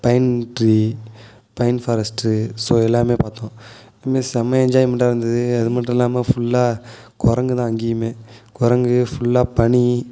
pine tree pine forest so எல்லாமே பார்த்தோம் அந்மே செம்ம என்ஜாய்மெண்டாக இருந்தது அது மட்டும் இல்லாமல் ஃபுல்லாக குரங்கு தான் அங்கேயுமே குரங்கு ஃபுல்லாக பனி